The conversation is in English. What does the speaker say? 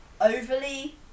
overly